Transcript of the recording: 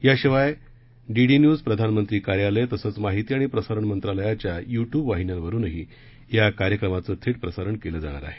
याशिवाय Akashvani DD news प्रधानमंत्री कार्यालय तसंच माहिती आणि प्रसारण मंत्रालयाच्या युट्युब वाहिन्यांवरूनही या कार्यक्रमाचं थेट प्रसारण केलं जाणार आहे